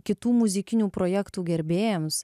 kitų muzikinių projektų gerbėjams